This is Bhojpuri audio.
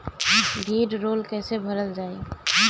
भीडरौल कैसे भरल जाइ?